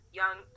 young